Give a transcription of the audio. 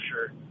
sure